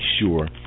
sure